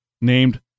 named